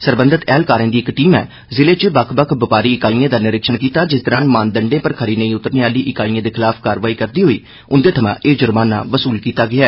सरबंधत ऐहलकारें दी इक टीमै जिले च बक्ख बक्ख बपारी इकाइएं दा निरीक्षण कीता जिस दौरान मानदंडें पर खरी नेईं उतरने आह्ली इकाइएं खलाफ कार्रवाई करदे होई उंदे थमां ज्र्माना वसूल कीता गेआ